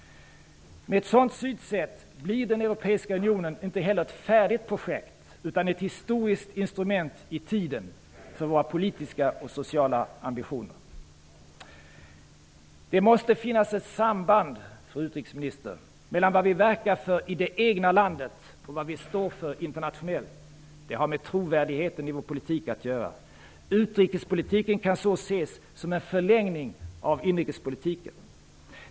Med ett sådant synsätt blir den europeiska unionen inte heller ett färdigt projekt, utan ett historiskt instrument i tiden för våra politiska och sociala ambitioner. Det måste finnas ett samband, fru utrikesminister, mellan vad vi verkar för i det egna landet och vad vi står för internationellt. Det har med trovärdigheten i vår politik att göra. Utrikespolitiken kan så ses som en förlängning av inrikespolitiken.